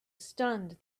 stunned